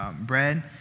bread